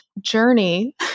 journey